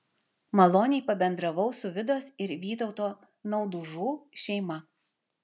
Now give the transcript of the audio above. maloniai pabendravau su vidos ir vytauto naudužų šeima